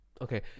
Okay